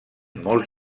molts